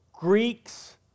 Greeks